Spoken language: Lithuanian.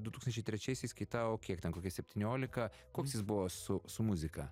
du tūkstančiai trečiaisiais kai tau kiek ten kokie septyniolika koks jis buvo su su muzika